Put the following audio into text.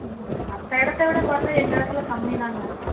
ம் மற்ற இடத்த விட பார்த்தா எங்கள் இடத்துல கம்மி தாங்க